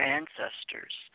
ancestors